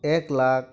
ᱮᱠ ᱞᱟᱠᱷ